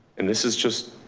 and this is just